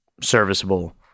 serviceable